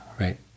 right